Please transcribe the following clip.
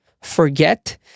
forget